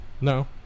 No